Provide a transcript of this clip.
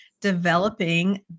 developing